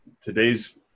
today's